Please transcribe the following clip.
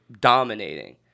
dominating